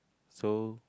so